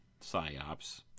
PSYOPs